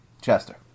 Chester